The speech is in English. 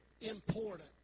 important